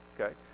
Okay